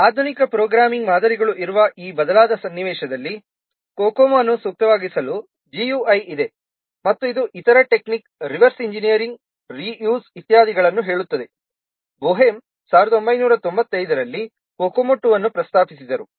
ಈ ಆಧುನಿಕ ಪ್ರೋಗ್ರಾಮಿಂಗ್ ಮಾದರಿಗಳು ಇರುವ ಈ ಬದಲಾದ ಸನ್ನಿವೇಶದಲ್ಲಿ COCOMO ಅನ್ನು ಸೂಕ್ತವಾಗಿಸಲು GUI ಇದೆ ಮತ್ತು ಇದು ಇತರ ಟೆಕ್ನಿಕ್ ರಿವರ್ಸ್ ಎಂಜಿನಿಯರಿಂಗ್ ರಿಯುಸ್ ಇತ್ಯಾದಿಗಳನ್ನು ಹೇಳುತ್ತದೆ Boehm 1995 ರಲ್ಲಿ COCOMO 2 ಅನ್ನು ಪ್ರಸ್ತಾಪಿಸಿದರು